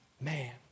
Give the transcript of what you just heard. Man